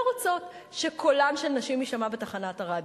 רוצות שקולן של נשים יישמע בתחנת הרדיו.